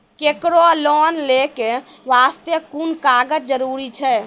केकरो लोन लै के बास्ते कुन कागज जरूरी छै?